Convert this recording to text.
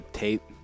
tape